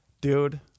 Dude